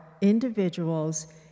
individuals